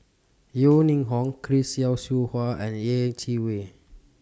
Yeo Ning Hong Chris Yeo Siew Hua and Yeh Chi Wei